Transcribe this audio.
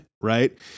right